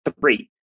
three